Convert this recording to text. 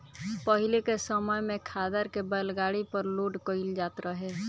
पाहिले के समय में खादर के बैलगाड़ी पर लोड कईल जात रहे